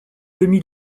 demi